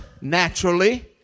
naturally